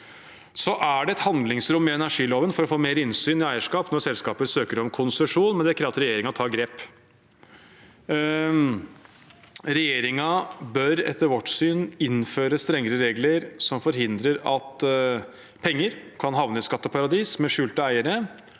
Det er et handlingsrom i energiloven for å få mer innsyn i eierskap når selskaper søker om konsesjon, men det krever at regjeringen tar grep. Regjeringen bør etter vårt syn innføre strengere regler som forhindrer at penger kan havne i skatteparadiser med skjulte eiere,